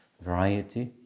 variety